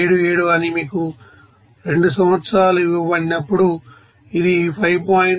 77అని మీకు 2సంవత్సరాలు ఇవ్వబడినప్పుడు ఇది 5